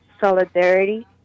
solidarity